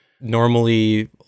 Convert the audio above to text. Normally